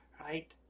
Right